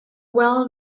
well